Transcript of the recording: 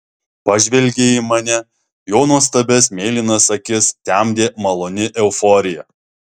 pažvelgė į mane jo nuostabias mėlynas akis temdė maloni euforija